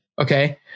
Okay